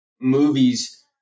movies